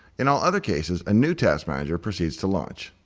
in all other cases a new task manager proceeds to launch.